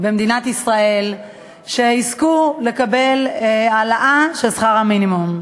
במדינת ישראל שיזכו לקבל העלאה של שכר המינימום.